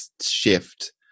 shift